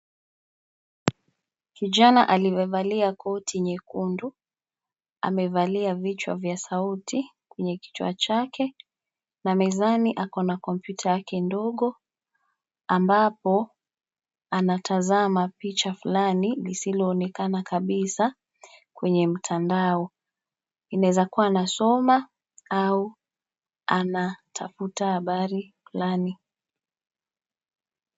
Kijana aliyevalia koti nyekundu, amevalia vichwa vya sauti, kwenye kichwa chake, na mezani ako na kompyuta yake ndogo, ambapo, anatazama picha fulani lisiloonekana kabisa, kwenye mtandao, inaweza kuwa anasoma, au, anatafuta habari fulani.